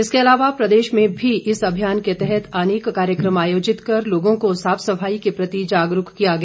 इसके अलावा प्रदेश में भी इस अभियान के तहत अनेक कार्यक्रम आयोजित कर लोगों को साफ सफाई के प्रति जागरूक किया गया